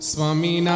Swami